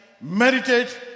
meditate